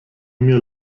mir